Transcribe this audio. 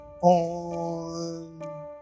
on